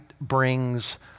brings